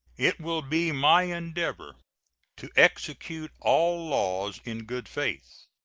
it will be my endeavor to execute all laws in good faith,